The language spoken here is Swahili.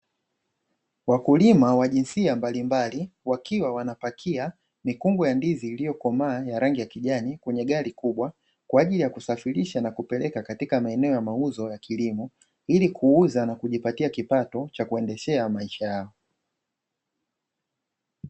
Wakulima wa jinsia mbalimbali wakiwa wanapakia mikungu ya ndizi iliyokomaa ya rangi ya kijani kwenye gari kubwa, kwaajili ya kusafirisha na kupeleka katika maeneo ya mauzo ya kilimo ili kuuza na kujipatia kipato cha kuendeshea maisha yao.